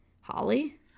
Holly